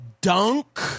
Dunk